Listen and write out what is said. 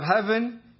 heaven